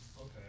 Okay